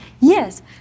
Yes